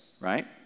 right